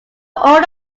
old